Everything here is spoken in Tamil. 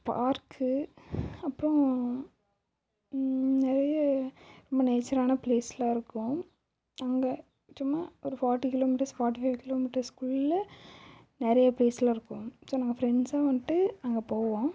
பார்க்கு அப்புறோம் நிறைய ரொம்ப நேச்சரான ப்ளேஸ்லாம் இருக்கும் அங்கே சும்மா ஒரு ஃபார்ட்டி கிலோமீட்டர்ஸ் ஃபார்ட்டி ஃபைவ் கிலோமீட்டர்ஸ்க்குள்ள நிறைய ப்ளேஸ்லாம் இருக்கும் ஸோ நாங்கள் ஃப்ரெண்ட்ஸாக வந்துட்டு அங்கே போவோம்